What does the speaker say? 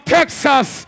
Texas